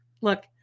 Look